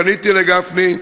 פניתי לגפני,